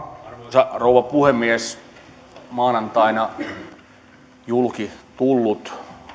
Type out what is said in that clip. arvoisa puhemies maanantaina julki tullut